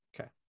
Okay